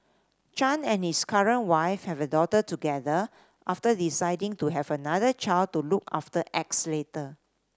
Chan and his current wife have a daughter together after deciding to have another child to look after X later